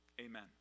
Amen